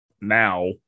Now